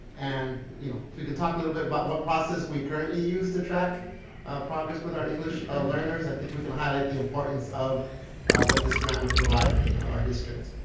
and you know if we can talk a little bit about what process currently use to track progress with our english learners. i think we can highlight the importance of what this grant would provide our district.